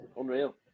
Unreal